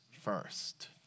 first